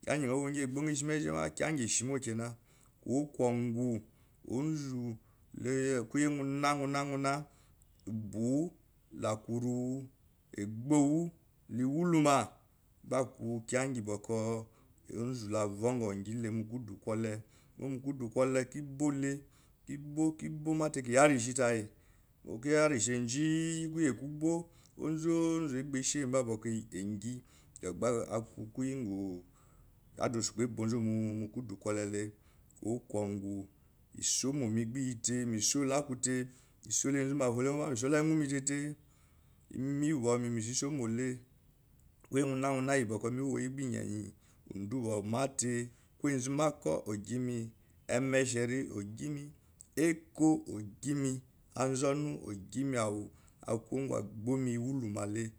kiya ngi egbo nyo ishi meji mo aku kiya ngi shimokena kowo kingou onzu koyengnana obuwu aku uruwu egbowu le woluma gba aku kiya ngi boko onzula vongou ngi mulku du kole mo mukudu kole kiboole ma te kiya reshi tai kiya reshi nji kuye kobo onzozu agba eshi mba boko mgi to gba aku koyi ngou adausu kpo ebonzu mukudu kole le kowokungou isomome gba iyite akute mesola enzuba fole mo me soe me teite ime uwuba me iyi mesosomo le koyi ngonoma iyi ba me woyi gba niyiniyi udu wu boko miya matei enzubako ogime emeshiri ogime eko ogime anzonu ogi me awu aku kowon egbome iwuluma le